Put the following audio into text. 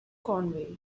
conway